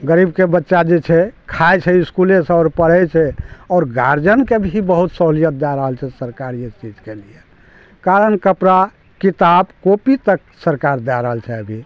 गरीबके बच्चा जे छै खाइ छै इसकुले सऽ आओर पढ़ै छै आओर गार्जियनके भी बहुत सहूलियत दऽ रहल छै सरकार इस चीजके लिए कारण कपड़ा किताब काॅपी तक सरकार दऽ रहल छै अभी